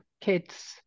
kids